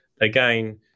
again